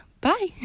bye